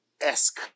esque